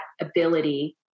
ability